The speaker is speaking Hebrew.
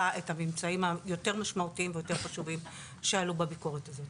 את הממצאים היותר משמעותיים ויותר חשובים שעלו בביקורת הזאת,